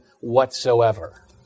whatsoever